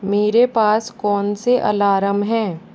मेरे पास कौन से अलारम हैं